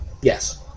Yes